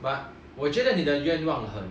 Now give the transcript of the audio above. but 我觉得你的愿望很